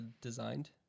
designed